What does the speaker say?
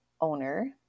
owner